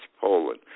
Poland